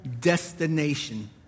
destination